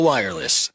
Wireless